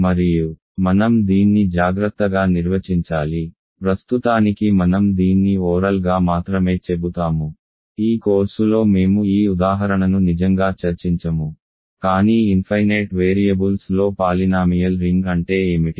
మరియు మనం దీన్ని జాగ్రత్తగా నిర్వచించాలి ప్రస్తుతానికి మనం దీన్ని ఓరల్ గా మాత్రమే చెబుతాము ఈ కోర్సులో మేము ఈ ఉదాహరణను నిజంగా చర్చించము కానీ ఇన్ఫైనేట్ వేరియబుల్స్లో పాలినామియల్ రింగ్ అంటే ఏమిటి